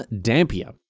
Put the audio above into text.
Dampier